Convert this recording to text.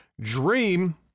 Dream